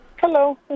Hello